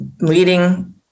leading